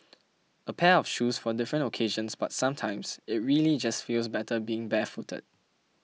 a pair of shoes for different occasions but sometimes it really just feels better being barefooted